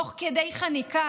תוך כדי חניקה.